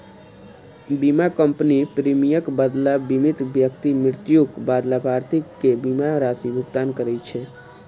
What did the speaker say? बीमा कंपनी प्रीमियमक बदला बीमित व्यक्ति मृत्युक बाद लाभार्थी कें बीमा राशिक भुगतान करै छै